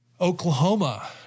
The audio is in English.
Oklahoma